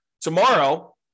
tomorrow